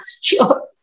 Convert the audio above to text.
sure